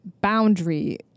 boundary